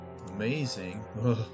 amazing